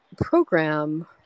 program